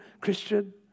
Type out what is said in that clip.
Christian